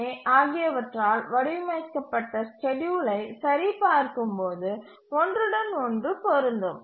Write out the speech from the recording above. ஏ ஆகியவற்றால் வடிவமைக்கப்பட்ட ஸ்கேட்யூலை சரி பார்க்கும் போது ஒன்றுடன் ஒன்று பொருந்தும்